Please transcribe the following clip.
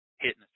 hitting